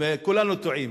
כולנו טועים.